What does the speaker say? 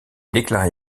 déclaré